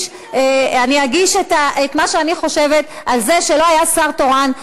אני אגיש את מה שאני חושבת על זה שלא היה שר תורן.